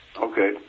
Okay